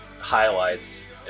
highlights